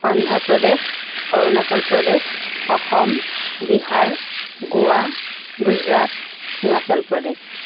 Andhra Pradesh Arunachal Pradesh Assam Bihar Goa Gujarat Himachal Pradesh